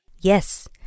Yes